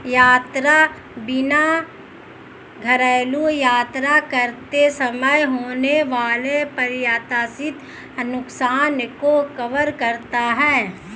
यात्रा बीमा घरेलू यात्रा करते समय होने वाले अप्रत्याशित नुकसान को कवर करता है